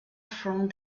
from